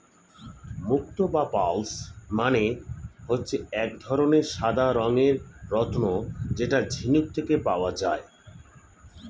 মুক্তো বা পার্লস মানে হচ্ছে এক ধরনের সাদা রঙের রত্ন যেটা ঝিনুক থেকে পাওয়া যায়